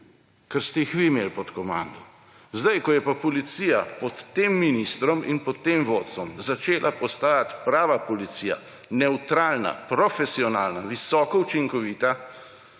Ker ste jih vi imeli pod komando. Zdaj, ko je pa policija pod tem ministrom in pod tem vodstvom začela postajati prava policija, nevtralna, profesionalna, visoko učinkovita,